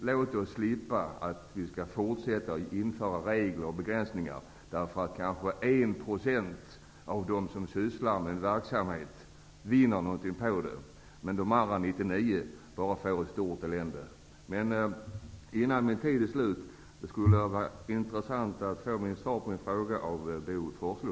Låt oss slippa få regler och begränsningar införda i fortsättningen på grund av att kanske 1 % av dem som sysslar med en verksamhet vinner något på den, medan övriga 99 % bara får ett stort elände. Innan min taletid är slut skulle jag vilja be Bo Forslund att svara på min fråga till honom.